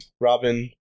Robin